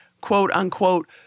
quote-unquote